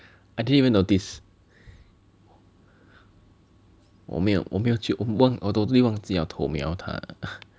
I didn't even notice 我没有我没有去我 totally 忘记要去偷瞄他